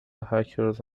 hackers